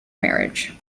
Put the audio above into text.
marriage